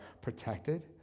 protected